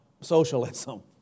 socialism